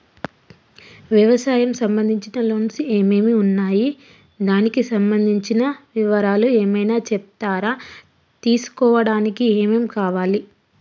వ్యవసాయం సంబంధించిన లోన్స్ ఏమేమి ఉన్నాయి దానికి సంబంధించిన వివరాలు ఏమైనా చెప్తారా తీసుకోవడానికి ఏమేం కావాలి?